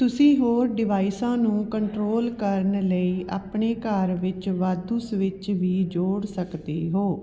ਤੁਸੀਂ ਹੋਰ ਡਿਵਾਈਸਾਂ ਨੂੰ ਕੰਟਰੋਲ ਕਰਨ ਲਈ ਆਪਣੇ ਘਰ ਵਿੱਚ ਵਾਧੂ ਸਵਿੱਚ ਵੀ ਜੋੜ ਸਕਦੇ ਹੋ